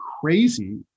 crazy